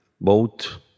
boat